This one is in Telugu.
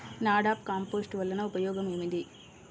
నాడాప్ కంపోస్ట్ వలన ఉపయోగం ఏమిటి?